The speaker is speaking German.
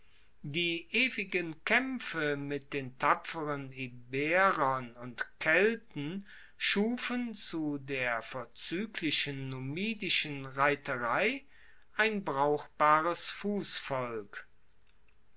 die ewigen kaempfe mit den tapferen iberern und kelten schufen zu der vorzueglichen numidischen reiterei ein brauchbares